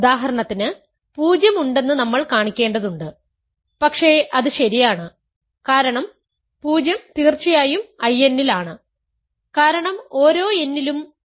ഉദാഹരണത്തിന് 0 ഉണ്ടെന്ന് നമ്മൾ കാണിക്കേണ്ടതുണ്ട് പക്ഷേ അത് ശരിയാണ് കാരണം 0 തീർച്ചയായും I n ൽ ആണ് കാരണം ഓരോ n ലും 0 ഉണ്ട്